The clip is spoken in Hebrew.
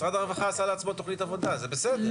משרד הרווחה עשה לעצמו תוכנית עבודה, זה בסדר.